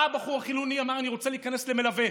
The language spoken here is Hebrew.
בא הבחור החילוני ואמר: אני רוצה להיכנס כמלווה,